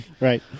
right